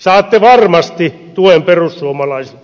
saatte varmasti tuen perussuomalaisilta